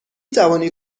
توانی